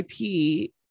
IP